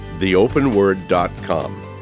theopenword.com